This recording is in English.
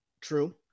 True